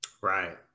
Right